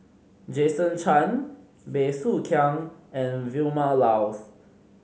Jason Chan Bey Soo Khiang and Vilma Laus